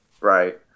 Right